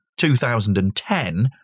2010